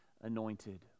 anointed